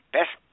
Best